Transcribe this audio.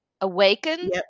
awaken